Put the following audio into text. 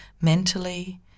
mentally